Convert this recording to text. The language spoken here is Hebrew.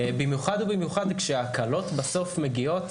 במיוחד ובמיוחד כשההקלות בסוף מגיעות